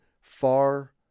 far